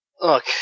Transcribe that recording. Look